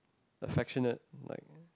affectionate like